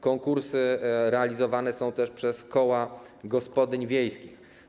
Konkursy realizowane są też przez koła gospodyń wiejskich.